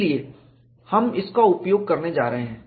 इसलिए हम इसका उपयोग करने जा रहे हैं